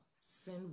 Sin